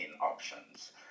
options